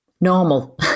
normal